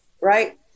right